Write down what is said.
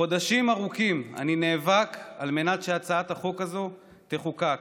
חודשים ארוכים אני נאבק על מנת שהצעת החוק הזאת תחוקק,